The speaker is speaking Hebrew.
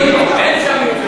אין שם מקצועית.